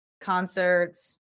concerts